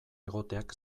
egoteak